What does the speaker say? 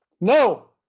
No